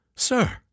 sir